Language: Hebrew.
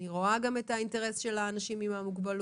אני רואה גם את האינטרס של האנשים עם המוגבלות,